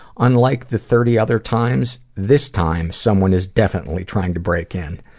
unlike the thirty other times, this time, someone is definitely trying to break in.